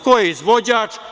Ko je izvođač?